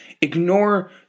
Ignore